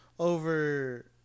Over